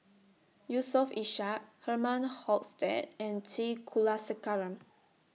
Yusof Ishak Herman Hochstadt and T Kulasekaram